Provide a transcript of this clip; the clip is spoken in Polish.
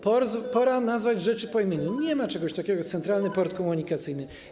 Pora nazwać rzeczy po imieniu: nie ma czegoś takiego jak Centralny Port Komunikacyjny.